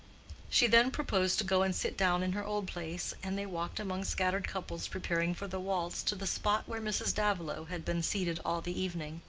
she then proposed to go and sit down in her old place, and they walked among scattered couples preparing for the waltz to the spot where mrs. davilow had been seated all the evening.